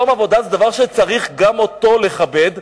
מקום עבודה זה דבר שצריך גם אותו לכבד,